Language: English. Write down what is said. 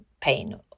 pain